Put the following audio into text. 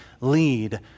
lead